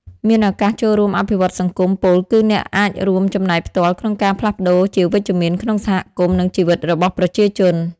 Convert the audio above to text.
មានឱកាសចូលរួមអភិវឌ្ឍន៍សង្គម ពោលគឺអ្នកអាចរួមចំណែកផ្ទាល់ក្នុងការផ្លាស់ប្តូរជាវិជ្ជមានក្នុងសហគមន៍ និងជីវិតរបស់ប្រជាជន។